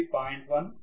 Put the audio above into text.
1 0